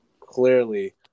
clearly